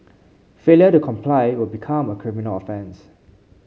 failure to comply will become a criminal offence